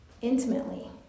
intimately